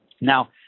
Now